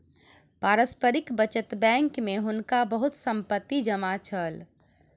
पारस्परिक बचत बैंक में हुनका बहुत संपत्ति जमा छल